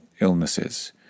illnesses